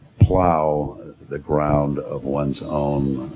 plow the ground of one's own